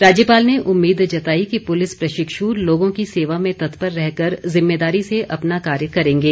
राज्यपाल ने उम्मीद जताई कि पुलिस प्रशिक्ष लोगों की सेवा में तत्पर रह कर जिम्मेदारी से अपना कार्य करेंगे